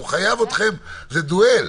הוא חייב אתכם זה דואלי.